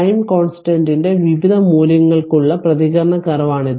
time കൊൻസ്ടനെറ്റിനെ വിവിധ മൂല്യങ്ങൾക്കുള്ള പ്രതികരണ കാർവാണിത്